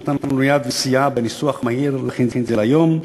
שנתנה לנו יד וסייעה בניסוח מהיר ובהכנה של זה להיום,